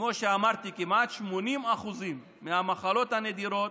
כמו שאמרתי, כמעט 80% מהמחלות הנדירות